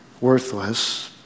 worthless